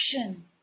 Action